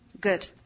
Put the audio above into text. good